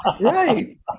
Right